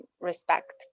respect